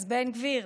אז בן גביר,